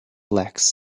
lacks